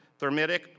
thermitic